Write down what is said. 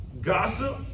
gossip